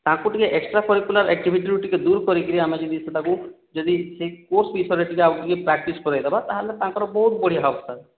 ତାଙ୍କୁ ଟିକିଏ ଏକ୍ସଟ୍ରାକରିକୁଲାର୍ ଏକ୍ଟିଭିଟିରୁ ଟିକିଏ ଦୂର କରିକି ଆମେ ଯଦି ସେଇଟାକୁ ଯଦି କୋର୍ସ୍ ବିଷୟରେ ଆଉ ଟିକିଏ ପ୍ରାଟୀସ୍ କରାଇଦବା ତା'ହେଲେ ତାଙ୍କର ବହୁତ ବଢ଼ିଆ ହେବ ସାର୍